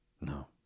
No